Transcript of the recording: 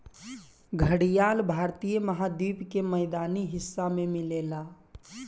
घड़ियाल भारतीय महाद्वीप के मैदानी हिस्सा में मिलेला